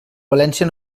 valència